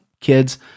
kids